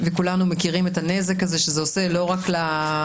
וכולנו מכירים את הנזק הזה שזה עושה לא רק לנחקרים,